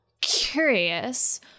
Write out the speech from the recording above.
curious